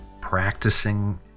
practicing